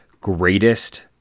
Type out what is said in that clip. greatest